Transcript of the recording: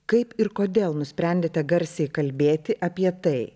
kaip ir kodėl nusprendėte garsiai kalbėti apie tai